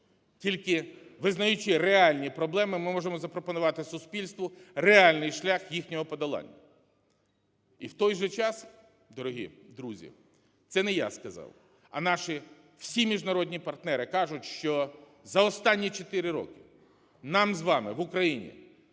тільки визнаючи реальні проблеми, ми можемо запропонувати суспільству реальний шлях їхнього подолання. І в той же час, дорогі друзі, це не я сказав, а наші всі міжнародні партнери кажуть, що за останні 4 роки нам з вами в Україні